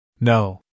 No